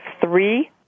three